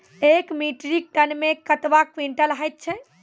एक metric ton मे कतवा क्वींटल हैत छै?